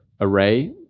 array